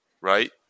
right